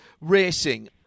racing